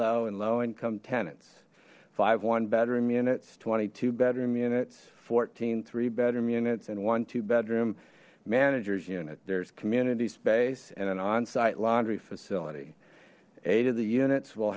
low and low income tenants five one bedroom units twenty two bedroom units fourteen three bedroom units and one two bedroom managers unit there's community space and an on site laundry facility eight of the units w